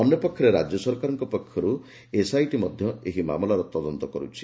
ଅନ୍ୟ ପକ୍ଷରେ ରାଜ୍ୟ ସରକାରଙ୍କ ପକ୍ଷରୁ ଏସ୍ଆଇଟି ମଧ୍ୟ ଏହି ମାମଲାର ତଦନ୍ତ କରୁଛି